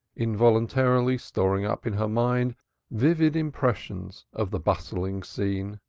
involuntarily storing up in her mind vivid impressions of the bustling scene.